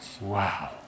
Wow